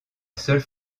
seule